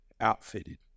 outfitted